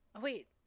Wait